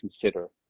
consider